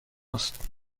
است